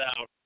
out